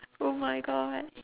oh my god